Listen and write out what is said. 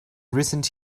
recent